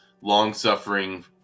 long-suffering